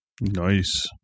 Nice